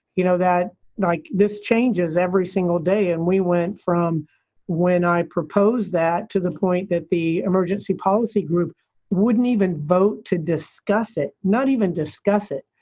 you know, that like this changes every single day. and we went from when i proposed that to the point that the emergency policy group wouldn't even vote to discuss it, not even discuss it.